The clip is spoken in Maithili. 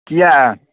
किआ